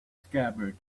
scabbard